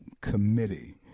Committee